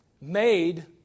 made